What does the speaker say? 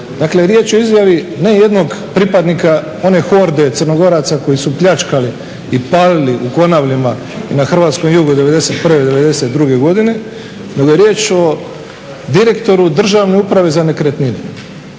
riječ je o izjavi ne jednog pripadnika one horde Crnogoraca koji su pljačkali i palili u Konvalima na hrvatskom jugu '91., '92., godine nego je riječ o direktoru državne uprave za nekretnine.